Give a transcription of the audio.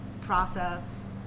process